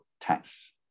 tax